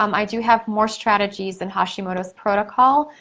um i do have more strategies in hashimoto's protocol,